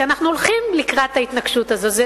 כי אנחנו הולכים לקראת ההתנגשות הזאת.